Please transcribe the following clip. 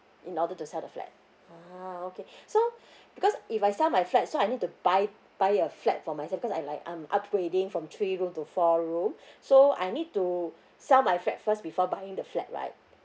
in order to sell the flat ah okay so because if I sell my flat so I need to buy buy a flat for myself because I like um upgrading from three room to four room so I need to sell my flat first before buying the flat right